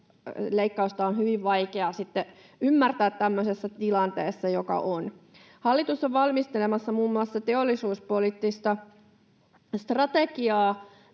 leikkausta on hyvin vaikea ymmärtää tämmöisessä tilanteessa, joka on. Hallitus on valmistelemassa muun muassa teollisuuspoliittista strategiaa.